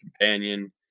companion